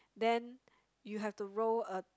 then you have to roll a